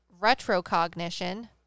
retrocognition